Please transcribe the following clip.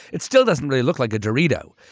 it still doesn't really look like a dorito.